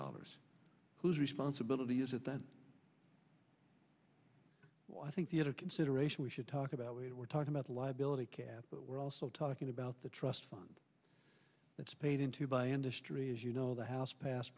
dollars whose responsibility is it then i think the other consideration we should talk about we were talking about the liability cap but we're also talking about the trust fund it's paid into by industry as you know the house pas